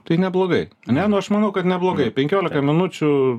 tai neblogai ne nu aš manau kad neblogai penkiolika minučių